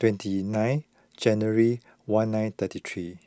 twenty nine January one nine ninety three